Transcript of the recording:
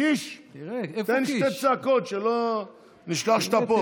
קיש, תן שתי צעקות, שלא נשכח שאתה פה.